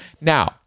Now